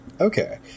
Okay